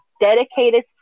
dedicated